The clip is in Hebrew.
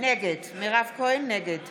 נגד